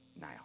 now